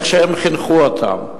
איך חינכו אותם.